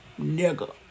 nigga